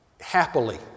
happily